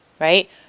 right